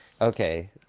okay